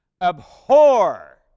Abhor